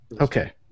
Okay